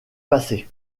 passée